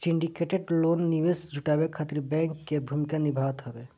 syndicated loan निवेश जुटावे खातिर बैंक कअ भूमिका निभावत हवे